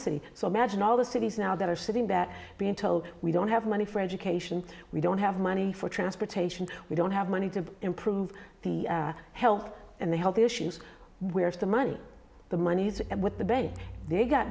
city so imagine all the cities now that are sitting that being told we don't have money for education we don't have money for transportation we don't have money to improve the health and the health issues where's the money the monies and what the bank they g